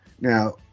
Now